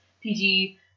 PG